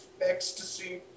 ecstasy